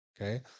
okay